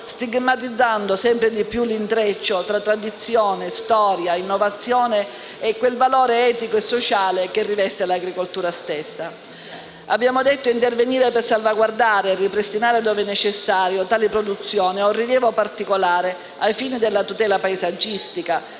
stigmatizzando sempre di più l'intreccio tra tradizione, storia, innovazione e quel valore etico e sociale che riveste l'agricoltura stessa. Abbiamo detto che intervenire per salvaguardare e ripristinare dove necessario, tali produzioni ha un rilievo particolare ai fini della tutela paesaggistica.